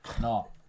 No